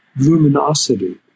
luminosity